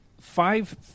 five